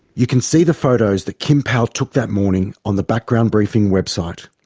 you can see the photos that kim powell took that morning on the background briefing website.